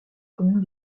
commune